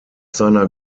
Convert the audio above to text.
seiner